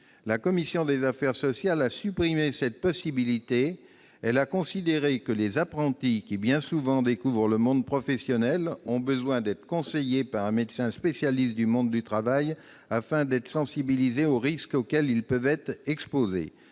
La commission des affaires sociales a supprimé cette faculté. Elle a considéré que les apprentis, qui, bien souvent, découvrent le monde professionnel, ont besoin d'être conseillés par un médecin spécialiste du monde du travail, afin d'être sensibilisés aux risques auxquels ils peuvent être exposés.